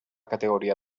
categoria